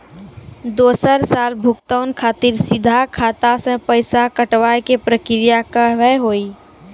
दोसर साल भुगतान खातिर सीधा खाता से पैसा कटवाए के प्रक्रिया का हाव हई?